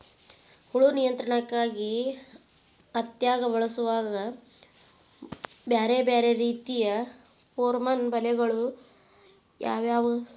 ಹುಳು ನಿಯಂತ್ರಣಕ್ಕಾಗಿ ಹತ್ತ್ಯಾಗ್ ಬಳಸುವ ಬ್ಯಾರೆ ಬ್ಯಾರೆ ರೇತಿಯ ಪೋರ್ಮನ್ ಬಲೆಗಳು ಯಾವ್ಯಾವ್?